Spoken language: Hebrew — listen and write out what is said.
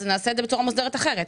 אז נעשה את זה בצורה מוסדרת אחרת.